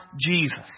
Jesus